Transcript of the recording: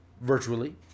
virtually